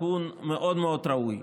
תיקון מאוד מאוד ראוי.